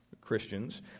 Christians